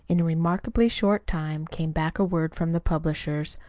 in a remarkably short time came back word from the publishers.